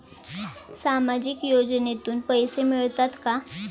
सामाजिक योजनेतून पैसे मिळतात का?